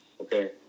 okay